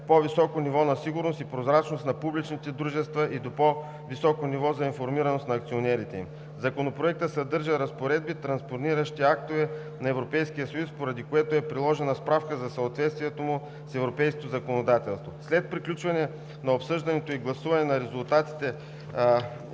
по-високо ниво на сигурност и прозрачност на публичните дружества и до по-високо ниво на информираност за акционерите им. Законопроектът съдържа разпоредби, транспониращи актове на Европейския съюз, поради което е приложена справка за съответствието му с европейското законодателство. След приключване на обсъждането и гласуване с резултати: